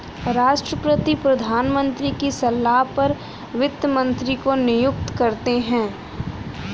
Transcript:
राष्ट्रपति प्रधानमंत्री की सलाह पर वित्त मंत्री को नियुक्त करते है